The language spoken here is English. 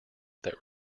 that